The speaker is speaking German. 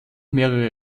mehrere